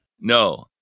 No